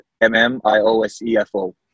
M-M-I-O-S-E-F-O